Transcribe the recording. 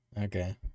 Okay